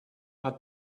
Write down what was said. hat